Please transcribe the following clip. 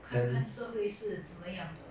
看看社会是怎么样的